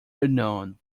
unknown